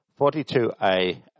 42A